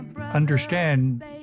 understand